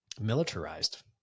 militarized